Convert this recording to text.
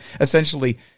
essentially